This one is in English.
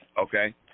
Okay